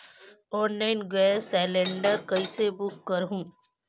Online gas cylinder कइसे book करहु?